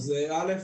א',